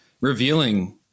revealing